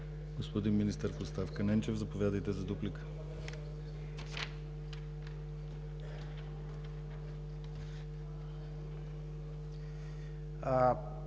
Господин Министър в оставка Ненчев, заповядайте за дуплика.